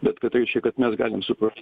bet kad reiškia kad mes galim sukurt